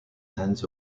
hands